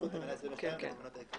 תקנה 22 זה בתיקון העיקרי.